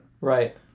Right